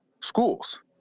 schools